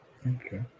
okay